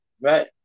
Right